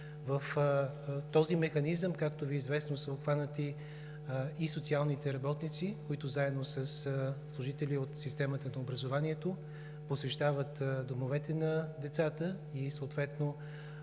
в този механизъм, както Ви е известно, са обхванати и социалните работници, които заедно със служители от системата на образованието посещават домовете на децата и съответно